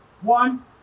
One